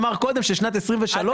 אני